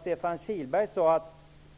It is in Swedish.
Stefan Kihlberg sade att